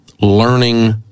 learning